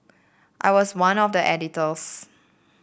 I was one of the editors